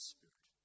Spirit